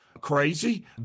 Crazy